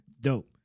dope